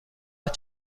است